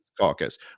caucus